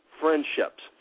friendships